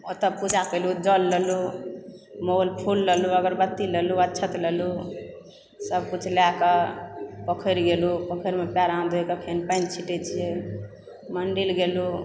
ओतऽ पूजा केलु जल लेलु मोल फूल लेलु अगरबत्ती लेलु अक्षत लेलु सभ किछु लएकऽ पोखरि गेलु पोखरिमे पयर हाथ धोयकऽ फेन पानि छिटैं छियै मन्दिर गेलु